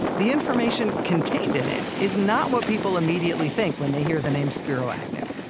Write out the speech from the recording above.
the information contained in it is not what people immediately think when they hear the name spiro agnew.